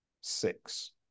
six